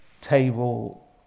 table